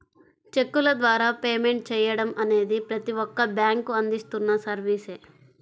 చెక్కుల ద్వారా పేమెంట్ చెయ్యడం అనేది ప్రతి ఒక్క బ్యేంకూ అందిస్తున్న సర్వీసే